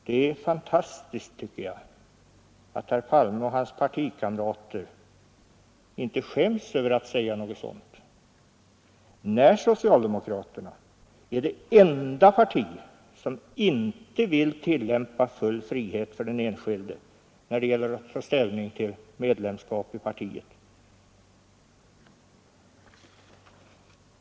Det är fantastiskt att herr Palme och hans partikamrater inte skäms över att säga något sådant när socialdemokraterna är det enda parti som inte vill tillämpa full frihet för den enskilde när det gäller att ta ställning till medlemskap i partiet.